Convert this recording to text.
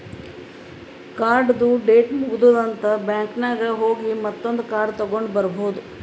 ಕಾರ್ಡ್ದು ಡೇಟ್ ಮುಗದೂದ್ ಅಂತ್ ಬ್ಯಾಂಕ್ ನಾಗ್ ಹೋಗಿ ಮತ್ತೊಂದ್ ಕಾರ್ಡ್ ತಗೊಂಡ್ ಬರ್ಬಹುದ್